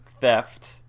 theft